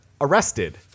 Arrested